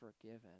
forgiven